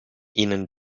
ihnen